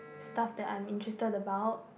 stuff that I'm interested about